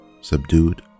subdued